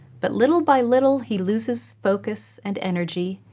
but little by little he loses focus and energy,